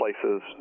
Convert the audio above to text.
places